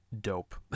dope